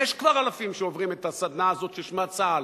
יש כבר אלפים שעוברים את הסדנה הזאת ששמה צה"ל,